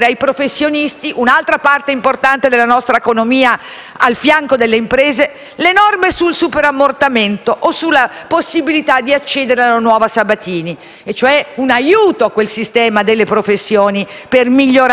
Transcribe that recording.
al fianco delle imprese) le norme sul superammortamento o sulla possibilità di accedere alla nuova Sabatini, cioè un aiuto a quel sistema delle professioni per migliorare il proprio reddito e la propria competitività.